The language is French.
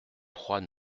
trois